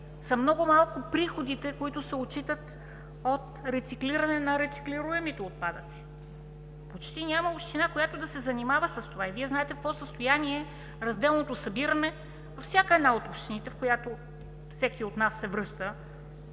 са много малко приходите, които се отчитат от рециклиране на рециклируемите отпадъци. Почти няма община, която да се занимава с това. Вие знаете в какво състояние е разделното събиране във всяка една от общините, в която всеки от нас се връща